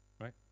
right